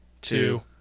two